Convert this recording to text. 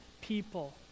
people